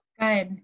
Good